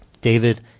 David